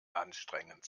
anstrengend